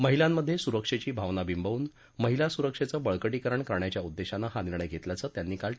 महिलांमधे सुरक्षेची भावना विंबवून महिला सुरक्षेचं बळक ींकरण करण्याच्या उद्देशानं हा निर्णय घेतल्याचं त्यांनी काल वि